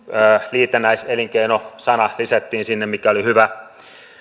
liitännäiselinkeino sana lisättiin sinne mikä oli hyvä